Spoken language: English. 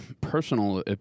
personal